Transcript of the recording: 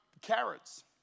carrots